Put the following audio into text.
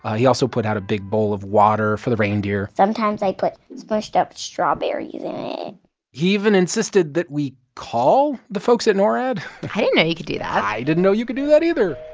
ah he also put out a big bowl of water for the reindeer sometimes i put smushed-up strawberries in it he even insisted that we call the folks at norad i didn't know you could do that i didn't know you could do that either